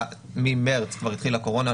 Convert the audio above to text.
ממרס כבר התחילה הקורונה,